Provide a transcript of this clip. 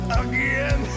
again